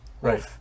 Right